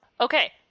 Okay